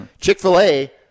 Chick-fil-A